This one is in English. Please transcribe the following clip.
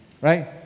right